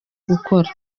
gukora